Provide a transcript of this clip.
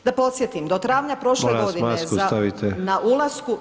Da podsjetim, do travnja prošle godine [[Upadica: Molim vas, masku stavite.]] na ulasku…